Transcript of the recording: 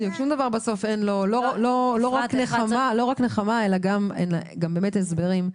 אין לו לא רק נחמה אלא באמת גם הסברים,